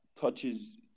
touches